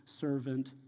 servant